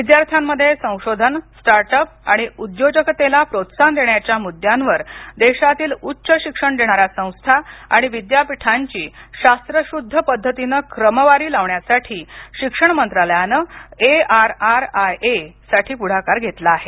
विद्यार्थ्यामध्ये संशोधन start up आणि उद्योजकतेला प्रोत्साहन देण्याच्या मुद्यांवर देशातील उच्च शिक्षण देणाऱ्या संस्था आणि विद्यापीठांची शास्त्रशुद्ध पद्धतीनं क्रमवारी लावण्यासाठी शिक्षण मंत्रालयानं A R I I A साठी पुढाकार घेतला होता